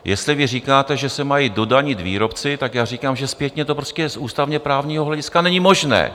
Jestli vy říkáte, že se mají dodanit výrobci, tak já říkám, že zpětně to prostě z ústavněprávního hlediska není možné.